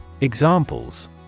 Examples